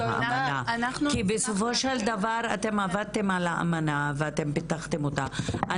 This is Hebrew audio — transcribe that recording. כי בסופו של דבר אתם עבדתם על ההאמנה ואתם פיתחתם אותה.